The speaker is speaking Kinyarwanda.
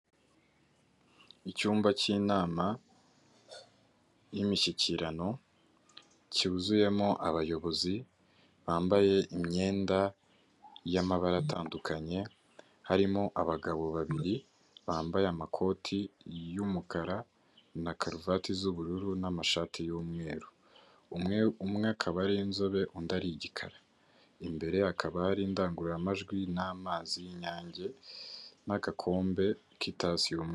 Icyumba cy'inama y'imishyikirano, cyuzuyemo abayobozi bambaye imyenda y'amabara atandukanye, harimo abagabo babiri bambaye amakoti y'umukara na karuvati z'ubururu n'amashati y'umweru, umwe, umwe akaba ari inzobe undi ari igikara, imbere hakaba hari indangururamajwi n'amazi y'Inyange n'agakombe k'itasi yu